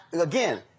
Again